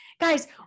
guys